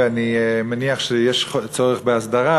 ואני מניח שיש צורך בהסדרה,